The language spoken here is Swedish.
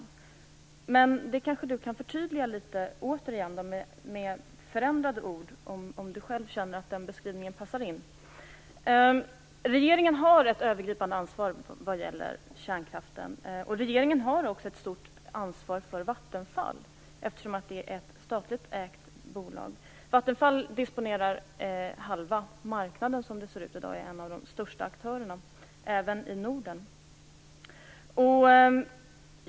Anders Sundström kanske återigen kan förtydliga detta med förändrade ord, om han själv känner att den beskrivningen passar in. Regeringen har ett övergripande ansvar när det gäller kärnkraften. Regeringen har också ett stort ansvar för Vattenfall, eftersom det är ett statligt ägt bolag. Vattenfall disponerar halva marknaden som det ser ut i dag och är en av de största aktörerna även i Norden.